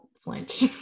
flinch